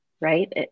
right